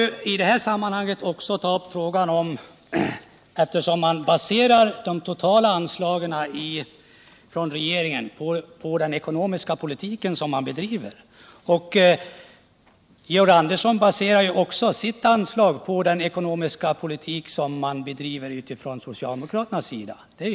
Det är självklart att regeringen baserar de totala anslagen på den ekonomiska politik man bedriver — Georg Andersson baserar ju sina förslag på den ekonomiska politik som socialdemokraterna vill bedriva.